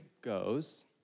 goes